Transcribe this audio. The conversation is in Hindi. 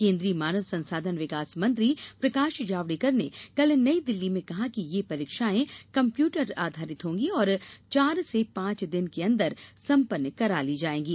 केंद्रीय मानव संसाधन विकास मंत्री प्रकाश जावड़ेकर ने कल नई दिल्ली में कहा कि ये परीक्षायें कम्प्यूटर आधारित होंगी और चार से पांच दिन के अंदर संपन्न करा ली जाएंगी